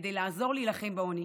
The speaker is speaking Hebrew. כדי לעזור להילחם בעוני,